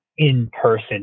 in-person